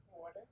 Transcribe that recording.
Water